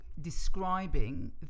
describing